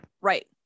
Right